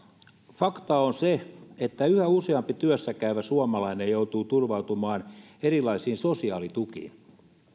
fakta on se että yhä useampi työssä käyvä suomalainen joutuu turvautumaan erilaisiin sosiaalitukiin